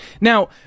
Now